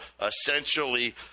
essentially